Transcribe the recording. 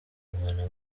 kuvanamo